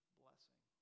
blessing